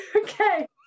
Okay